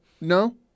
No